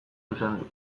zuzendu